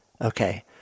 Okay